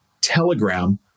Telegram